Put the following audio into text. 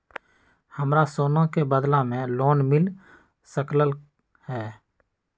हमरा सोना के बदला में लोन मिल सकलक ह?